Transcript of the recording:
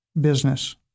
business